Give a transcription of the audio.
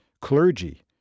clergy